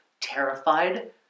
terrified